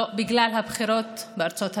בגלל הבחירות בארצות הברית.